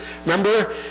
Remember